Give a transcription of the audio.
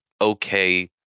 okay